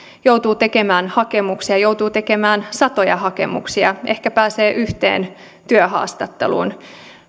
joutuu tekemään hakemuksia joutuu tekemään satoja hakemuksia ehkä pääsee yhteen työhaastatteluun